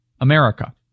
America